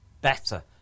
better